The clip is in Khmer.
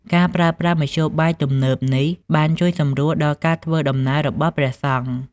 ការប្រើប្រាស់មធ្យោបាយទំនើបនេះ បានជួយសម្រួលដល់ការធ្វើដំណើររបស់ព្រះសង្ឃ។